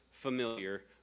familiar